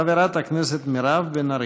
חברת הכנסת מירב בן ארי.